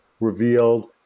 revealed